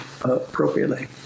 appropriately